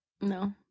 no